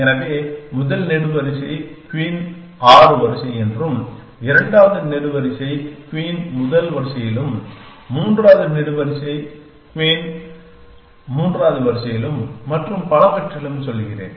எனவே முதல் நெடுவரிசை குயின் 6 வரிசை என்றும் இரண்டாவது நெடுவரிசை குயின் முதல் வரிசையிலும் மூன்றாவது நெடுவரிசை குயின் மூன்றாவது வரிசையிலும் மற்றும் பலவற்றிலும் சொல்கிறேன்